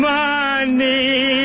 money